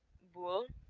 boule